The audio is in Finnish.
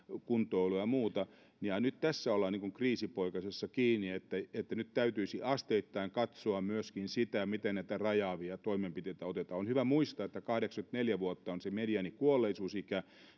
kuntoilua ja muuta ja nyt tässä ollaan kriisinpoikasessa kiinni että nyt täytyisi asteittain katsoa myöskin sitä miten näitä rajaavia toimenpiteitä otetaan on hyvä muistaa että kahdeksankymmentäneljä vuotta on se mediaanikuolleisuusikä